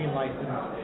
license